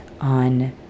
on